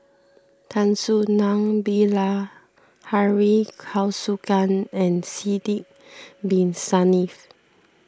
Tan Soo Nan Bilahari Kausikan and Sidek Bin Saniff